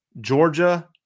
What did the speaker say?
Georgia